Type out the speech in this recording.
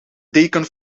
deken